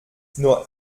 nur